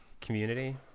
community